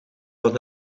van